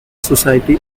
society